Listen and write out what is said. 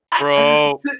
bro